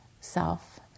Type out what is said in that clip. self